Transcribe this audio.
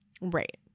Right